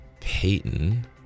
Peyton